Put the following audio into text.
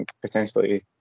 potentially